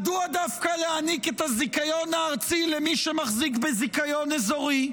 מדוע דווקא להעניק את הזיכיון הארצי למי שמחזיק בזיכיון אזורי?